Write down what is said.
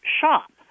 shop